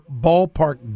ballpark